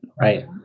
Right